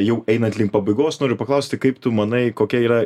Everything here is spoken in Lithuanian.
jau einant link pabaigos noriu paklausti kaip tu manai kokia yra